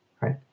right